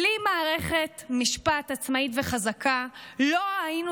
בלי מערכת משפט עצמאית וחזקה לא היינו